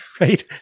Right